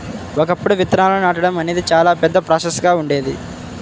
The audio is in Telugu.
ఒకప్పుడు విత్తనాలను నాటడం అనేది చాలా పెద్ద ప్రాసెస్ గా ఉండేది